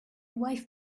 wife